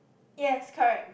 yes correct